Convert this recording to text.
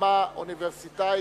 ברמה אוניברסיטאית.